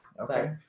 Okay